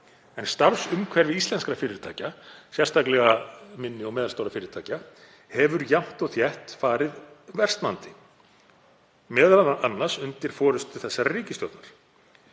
En starfsumhverfi íslenskra fyrirtækja, sérstaklega minni og meðalstórra fyrirtækja, hefur jafnt og þétt farið versnandi, m.a. undir forystu þessarar ríkisstjórnar